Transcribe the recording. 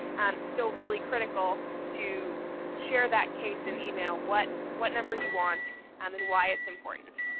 it's still really critical to to share that case and email what what number you want and and why it's important.